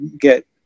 get